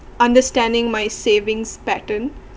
understanding my savings pattern